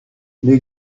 les